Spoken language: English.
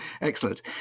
Excellent